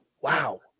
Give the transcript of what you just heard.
Wow